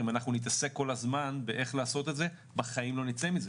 אם נתעסק כל הזמן באיך לעשות את זה בחיים לא נצא מזה.